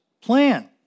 plan